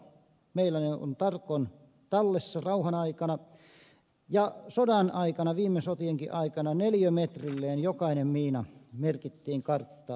meillä ne ovat tarkoin tallessa rauhan aikana ja sodan aikana viime sotienkin aikana neliömetrilleen jokainen miina merkittiin karttaan